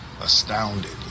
astounded